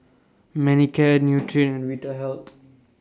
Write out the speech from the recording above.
Manicare Nutren Vitahealth